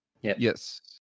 Yes